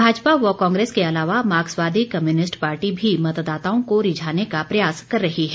भाजपा व कांग्रेस के अलावा मार्क्सवादी कम्युनिस्ट पार्टी भी मतदाताओं को रिझाने का प्रयास कर रही है